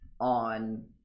on